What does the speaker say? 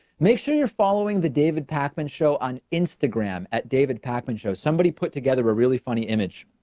make sure you're following the david pakman show on instagram at david pakman show. somebody put together a really funny image,